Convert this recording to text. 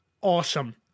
awesome